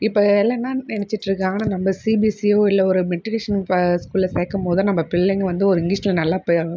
இப்போ எல்லாம் என்ன நினைச்சுட்டு இருக்காங்கன்னால் நம்ம சிபிஎஸ்இ ஓ இல்லை ஒரு மெட்ரிகுலேஷன் ப ஸ்கூலில் சேர்க்கம்போதோ நம்ம பிள்ளைங்க வந்து ஒரு இங்கிலிஷில் நல்லா